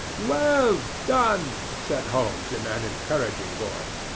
well done! said holmes in an encouraging voice.